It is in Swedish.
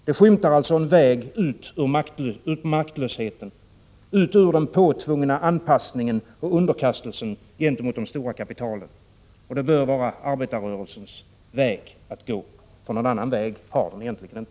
Det skymtar alltså en väg ut ur maktlösheten, den påtvungna anpassningen och underkastelsen gentemot de stora kapitalen. Det bör vara arbetarrörelsens väg att gå. Någon annan väg har den egentligen inte.